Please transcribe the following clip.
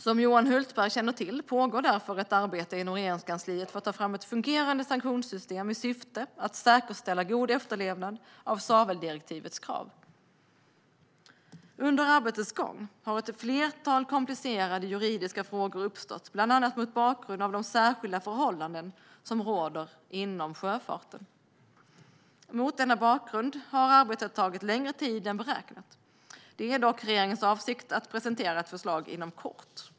Som Johan Hultberg känner till pågår därför ett arbete inom Regeringskansliet för att ta fram ett fungerande sanktionssystem i syfte att säkerställa en god efterlevnad av svaveldirektivets krav. Under arbetets gång har ett flertal komplicerade juridiska frågor uppstått, bland annat mot bakgrund av de särskilda förhållanden som råder inom sjöfarten. Mot denna bakgrund har arbetet tagit längre tid än beräknat. Det är dock regeringens avsikt att presentera ett förslag inom kort.